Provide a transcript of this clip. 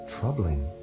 troubling